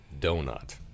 Donut